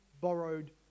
borrowed